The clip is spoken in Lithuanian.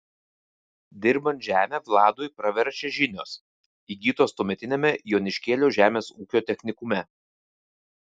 dirbant žemę vladui praverčia žinios įgytos tuometiniame joniškėlio žemės ūkio technikume